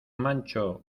mancho